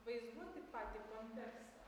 vaizduoti patį kontekstą